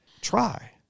Try